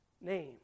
name